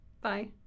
Bye